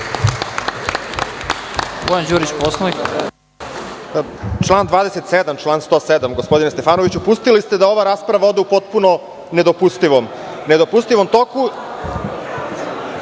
Član 27. i član 107, gospodine Stefanoviću. Pustili ste da ova rasprava ode u potpuno nedopustivom toku.